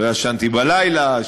לא ישנתי בלילה,